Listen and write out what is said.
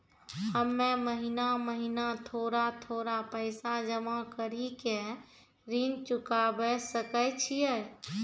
हम्मे महीना महीना थोड़ा थोड़ा पैसा जमा कड़ी के ऋण चुकाबै सकय छियै?